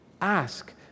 ask